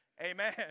Amen